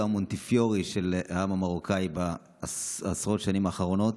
המונטיפיורי של העם המרוקאי בעשרות השנים האחרונות,